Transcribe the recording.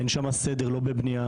אין שם סדר לא בבנייה,